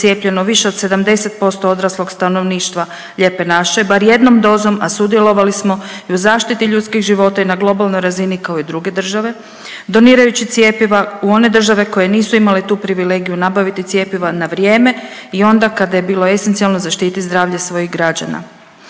cijepljeno više od 70% odraslog stanovništva Lijepe naše bar jednom dozom, a sudjelovali smo i u zaštiti ljudskih života i na globalnoj razini kao i druge države donirajući cjepiva u one države koje nisu imali tu privilegiju nabaviti cjepiva na vrijeme i onda kada je bilo esencijalno zaštiti zdravlje svojih građana.